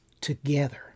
together